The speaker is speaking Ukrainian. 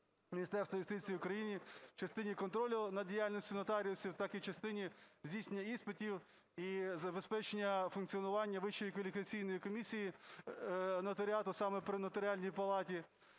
Міністерства юстиції України в частині контролю над діяльністю нотаріусів, так і в частині здійснення іспитів і забезпечення функціонування Вищої кваліфікаційної комісії нотаріату саме при Нотаріальній палаті.